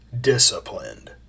disciplined